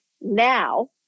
now